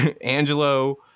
angelo